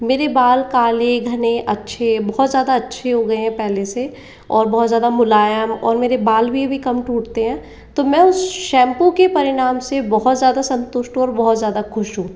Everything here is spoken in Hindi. मेरे बाल काले घने अच्छे बहुत ज़्यादा अच्छे हो गए है पहले से और बहुत ज़्यादा मुलायम और मेरे बाल भी अभी कम टूटते है तो मैं उस शैम्पू के परिणाम से बहुत ज़्यादा संतुष्ट हूँ और बहुत ज़्यादा खुश हूँ